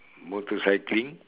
motorcycling